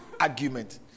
argument